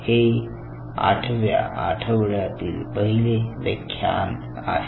हे आठव्या आठवड्यातील पहिले व्याख्यान आहे